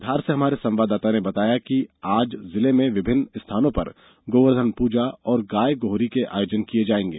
धार से हमारे संवाददाता ने बताया है कि आज जिले में विभिन्न स्थानों पर गोवर्धन पूजा और गाय गोहरी के आयोजन किये जायेंगे